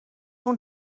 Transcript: اون